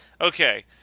okay